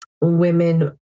women